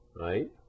right